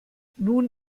nun